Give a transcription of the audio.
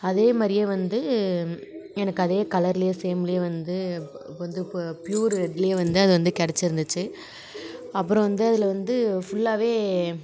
அதே மாதிரியே வந்து எனக்கு அதே கலர்லேயே சேம்லேயே வந்து இப்போ வந்து இப்போ ப்யூர் ரெட்லேயே வந்து அது வந்து கிடச்சிருந்துச்சி அப்புறம் வந்து அதில் வந்து ஃபுல்லாகவே